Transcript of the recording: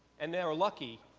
and they are lucky,